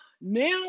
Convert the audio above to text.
now